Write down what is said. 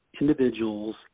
individuals